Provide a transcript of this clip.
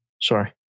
Sorry